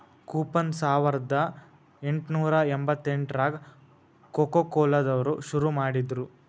coupon ಸಾವರ್ದಾ ಎಂಟ್ನೂರಾ ಎಂಬತ್ತೆಂಟ್ರಾಗ ಕೊಕೊಕೊಲಾ ದವ್ರು ಶುರು ಮಾಡಿದ್ರು